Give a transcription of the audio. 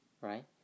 right